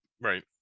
right